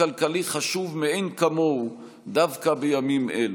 כלכלי חשוב מאין כמוהו דווקא בימים אלו.